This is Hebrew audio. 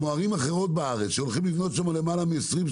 כמו ערים אחרות בארץ שהולכים לבנות שם למעלה מ-20,000,